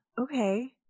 Okay